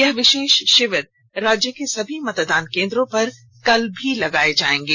यह विशेष शिविर राज्य के सभी मतदान केंद्रो पर कल भी लगाए जाएंगे